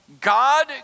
God